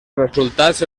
resultats